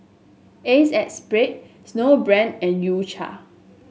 Acexspade Snowbrand and U Cha